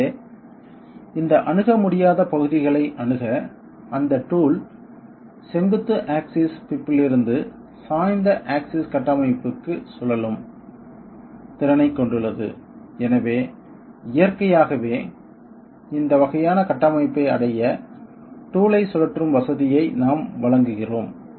எனவே இந்த அணுக முடியாத பகுதிகளை அணுக அந்த டூல் செங்குத்து ஆக்சிஸ் கட்டமைப்பிலிருந்து சாய்ந்த ஆக்சிஸ் கட்டமைப்புக்கு சுழலும் திறனைக் கொண்டுள்ளது எனவே இயற்கையாகவே இந்த வகையான கட்டமைப்பை அடைய டூல் ஐ சுழற்றும் வசதியை நாம் வழங்குகிறோம்